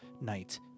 night